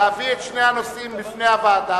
להביא את שני הנושאים בפני הוועדה,